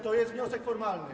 To jest wniosek formalny.